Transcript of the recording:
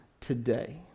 today